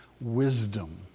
wisdom